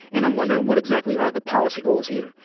and i'm wondering, what exactly are the policy goals here?